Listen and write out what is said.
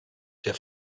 der